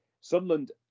Sunderland